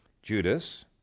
Judas